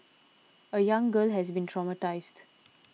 a young girl has been traumatised